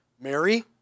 Mary